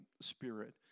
Spirit